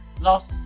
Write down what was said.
lost